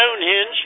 Stonehenge